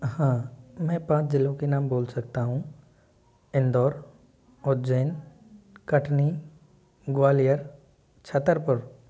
हाँ मैं पाँच ज़िलों के नाम बोल सकता हूँ इंदौर उज्जैन कटनी ग्वालियर छतरपुर